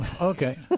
Okay